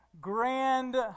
grand